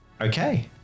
Okay